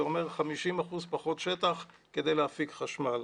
זה אומר 50 אחוזים פחות שטח כדי להפיק חשמל.